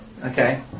Okay